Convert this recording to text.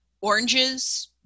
oranges